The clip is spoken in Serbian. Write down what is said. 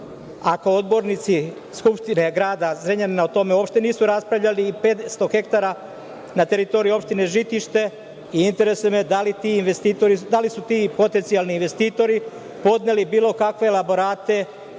ako odbornici Skupštine Grada Zrenjanina o tome uopšte nisu raspravljali i 500 hektara na teritoriji opštine Žitište? Interesuje me da li su ti potencijalni investitori podneli bilo kakve elaborate